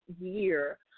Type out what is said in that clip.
year